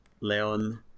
Leon